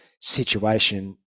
situation